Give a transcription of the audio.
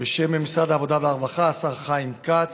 בשם משרד העבודה והרווחה, השר חיים כץ.